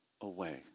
away